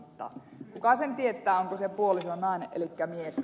kuka sen tietää onko se puoliso nainen elikkä mies